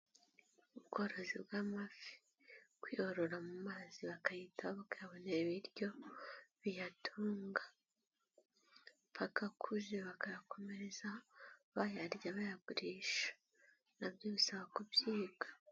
Ubworozi bw'amafi, kuyorora mu mazi bakayitaho bakayabonera ibiryo biyatunga, mpaka akuze, bakayakomereza bayarya, bayagurisha na byo bisaba kubyiga.